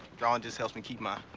drawing just helps me keep my.